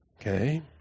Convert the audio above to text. Okay